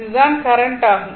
இது தான் கரண்ட் ஆகும்